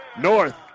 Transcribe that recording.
North